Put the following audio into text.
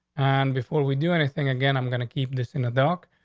and before we do anything again, i'm gonna keep this in the dog.